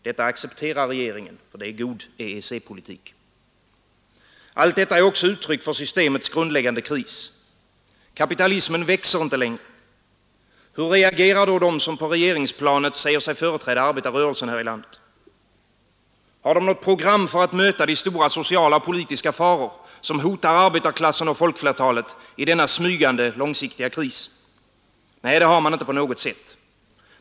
Detta accepterar regeringen. Det är god EEC-politik. Allt detta är uttryck för systemets grundläggande kris. Kapitalismen växer inte längre. Hur reagerar då de, som på regeringsplanet säger sig företräda arbetarrörelsen här i landet? Har de något program för att möta de stora sociala och politiska faror som hotar arbetarklassen och folkflertalet i denna smygande, långsiktiga kris? Nej, det har man inte på något sätt.